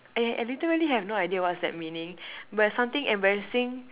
eh I literally have no idea what's that meaning but something embarrassing